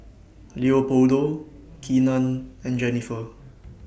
Leopoldo Keenan and Jennifer